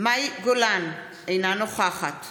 מאי גולן, אינה נוכחת